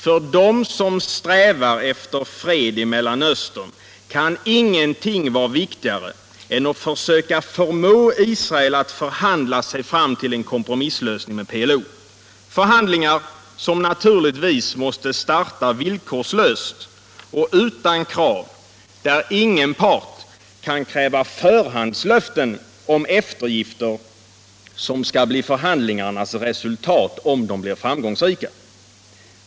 För dem som strävar efter fred i Mellersta Östern kan ingenting vara viktigare än att försöka förmå Israel att förhandla sig fram till en kompromisslösning med PLO -— förhandlingar som naturligtvis måste starta villkorslöst och utan krav och där ingen part kan kräva förhandslöften om eftergifter som skall bli förhandlingarnas resultat om de blir framgångsrika.